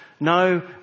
no